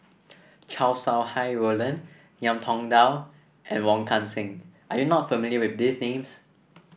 Chow Sau Hai Roland Ngiam Tong Dow and Wong Kan Seng are you not familiar with these names